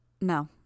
No